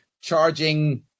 charging